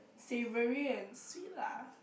savoury and sweet lah